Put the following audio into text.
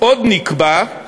עוד נקבע,